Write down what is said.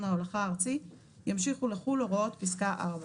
ההולכה הארצי ימשיכו לחול הוראות פסקה (4).